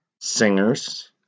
singers